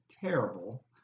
terrible